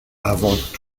avant